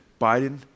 Biden